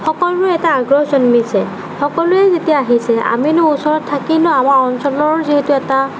সকলোৰে এটা আগ্ৰহ জন্মিছে সকলোৱে যেতিয়া আহিছে আমিনো ওচৰত থাকিনো আমাৰ অঞ্চলৰ যিহেতু এটা